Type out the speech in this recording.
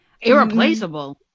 Irreplaceable